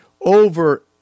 over